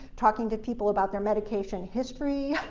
talking to people about their medication history.